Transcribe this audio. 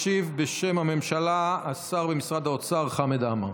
ישיב בשם הממשלה השר במשרד האוצר חמד עמאר.